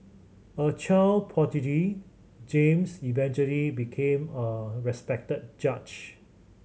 a child prodigy James eventually became a respected judge